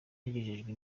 yagejejwe